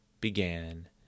began